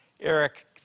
Eric